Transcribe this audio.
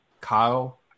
Kyle